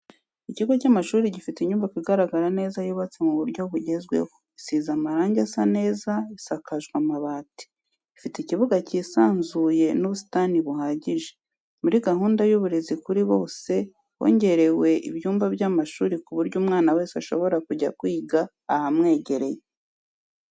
Ikigo cy'amashuri gifite inyubako igaragara neza yubatse mu buryo bugezweho isize amarange asa neza isakajwe amabati, ifite ikibuga cyisanzuye n'ubusitani buhagije, muri gahunda y'uburezi kuri bose hongerewe ibyumba by'amashuri ku buryo umwana wese ashobora kujya kwiga ahamwegereye.